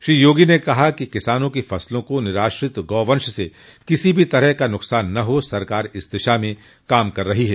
श्री योगी ने कहा किसानों की फसलों को निराश्रित गोवंश से किसी भी तरह का नुकसान न हो सरकार इस दिशा में काम कर रही है